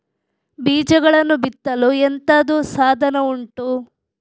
ಬೀಜಗಳನ್ನು ಬಿತ್ತಲು ಎಂತದು ಸಾಧನ ಉಂಟು?